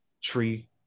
tree